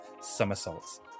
somersaults